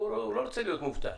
הוא לא רוצה להיות מובטל,